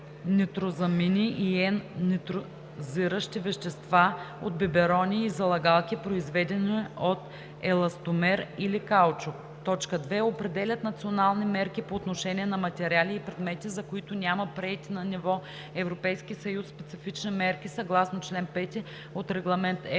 N-нитрозамини и N-нитрозиращи вещества от биберони и залъгалки, произведени от еластомер или каучук; 2. определят национални мерки по отношение на материали и предмети, за които няма приети на ниво Европейски съюз специфични мерки, съгласно чл. 5 от Регламент